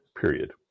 period